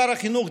שר החינוך,